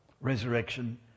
resurrection